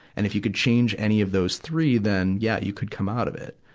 and if you could change any of those three, then yeah, you could come out of it.